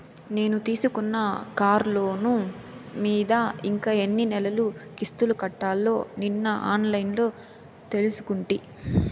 నేను తీసుకున్న కార్లోను మీద ఇంకా ఎన్ని నెలలు కిస్తులు కట్టాల్నో నిన్న ఆన్లైన్లో తెలుసుకుంటి